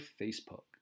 Facebook